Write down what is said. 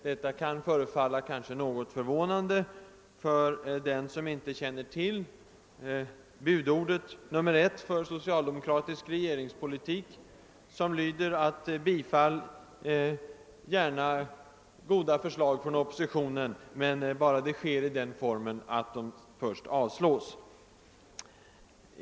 Detta kan kanske förefalla något förvånande för den som inte känner till budordet nr 1 för socialdemokratisk regeringspolitik: Bifall gärna goda förslag från oppositionen, bara det sker i den formen att de först avslås!